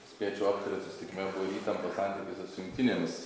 spėčiau aptarėt susitikime buvo ir įtampa santykiuose su jungtinėmis